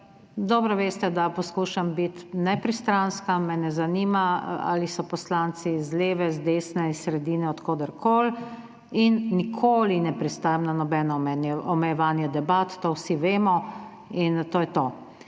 Dobro veste, da poskušam biti nepristranska, me ne zanima, ali so poslanci z leve, z desne iz sredine, od koderkoli, in nikoli ne pristajam na nobeno omejevanje debat. To vsi vemo in to je to.